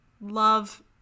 love